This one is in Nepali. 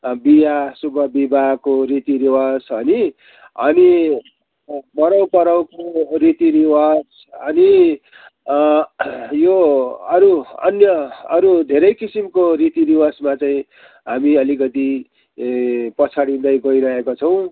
बिहे शुभ विवहाको रीति रिवाज हगी अनि अँ मराउ पराउको रीति रिवाज अनि यो अरू अन्य अरू धेरै किसिमको रीति रिवाजमा चाहिँ हामी अलिकति पछाडि गइरहेका छौँ